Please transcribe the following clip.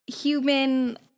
human